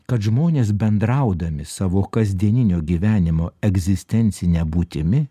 kad žmonės bendraudami savo kasdieninio gyvenimo egzistencine būtimi